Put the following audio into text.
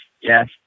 Yes